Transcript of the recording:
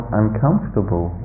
uncomfortable